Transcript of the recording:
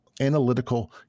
analytical